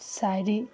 شاعری